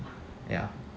ya